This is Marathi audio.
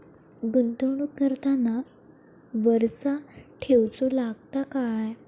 गुंतवणूक करताना वारसा ठेवचो लागता काय?